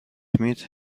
مید